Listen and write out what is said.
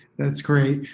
that's great.